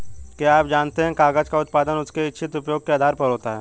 क्या आप जानते है कागज़ का उत्पादन उसके इच्छित उपयोग के आधार पर होता है?